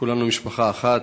כולנו משפחה אחת.